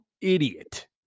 idiot